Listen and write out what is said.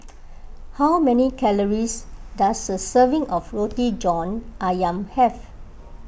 how many calories does a serving of Roti John Ayam have